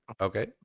Okay